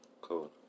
Cool